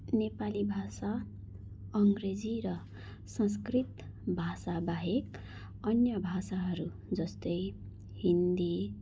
नेपाली भाषा अङ्ग्रेजी र संस्कृत भाषाबाहेक अन्य भाषाहरू जस्तै हिन्दी